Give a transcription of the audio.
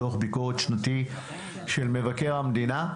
דוח ביקורת שנתי של מבקר המדינה.